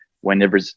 Whenever